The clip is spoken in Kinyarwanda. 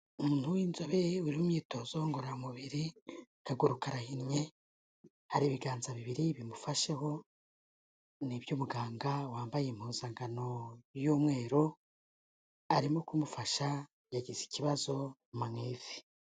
Umuntu w'inzobere uri myitozo ngororamubiri, akaguruka karahinnye, hari ibiganza bibiri bimufasheho ni iby'umuganga wambaye impuzankano y'umweru, arimo kumufasha yagize ikibazo mu ivi.